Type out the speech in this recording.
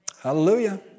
Hallelujah